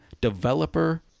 developer